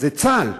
זה צה"ל.